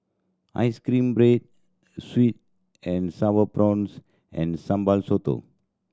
ice cream bread sweet and Sour Prawns and Sambal Sotong